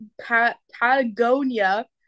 Patagonia